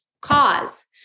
cause